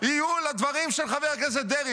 יהיו לדברים של חבר הכנסת דרעי?